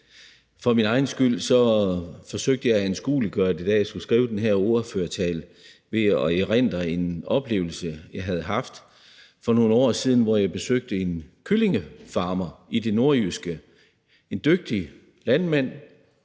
For min egen skyld forsøgte jeg at anskueliggøre det, da jeg skulle skrive den her ordførertale, ved at erindre en oplevelse, jeg havde haft for nogle år siden, hvor jeg besøgte en kyllingefarmer i det nordjyske. Det var en dygtig landmand,